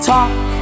Talk